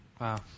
Wow